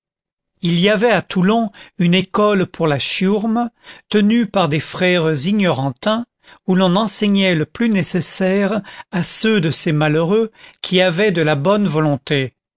il y avait à toulon une école pour la chiourme tenue par des frères ignorantins où l'on enseignait le plus nécessaire à ceux de ces malheureux qui avaient de la bonne volonté